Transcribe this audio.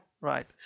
Right